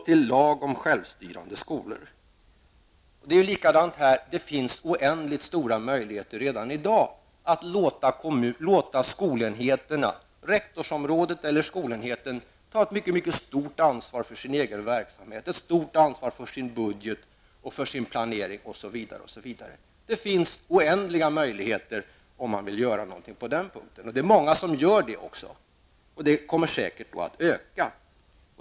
Till lagen om självstyrande skolor. Det är likadant här, det finns oändligt stora möjligheter redan i dag att låta rektorsområdet eller skolenheten ta ett mycket stort ansvar för sin egen verksamhet, ett stort ansvar för sin budget, för sin planering osv. Det finns oändliga möjligheter om man vill göra något på den punkten. Det är många som gör det också och antalet kommer säkert att öka.